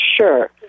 Sure